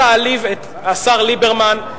תודה רבה, אדוני, השר לביטחון פנים.